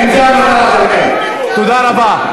תודה רבה.